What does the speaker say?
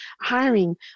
hiring